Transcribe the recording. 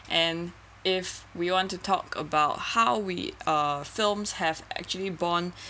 and if we want to talk about how we uh films have actually borne